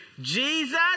Jesus